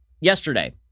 yesterday